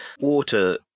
Water